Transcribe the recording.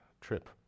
trip